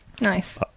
Nice